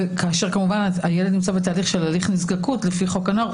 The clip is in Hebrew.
וכאשר כמובן הילד נזקק בהליך נזקקות לפי חוק הנוער,